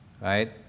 Right